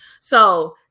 So-